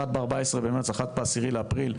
אחת ב-14 במרץ ואחת ב-10 באפריל,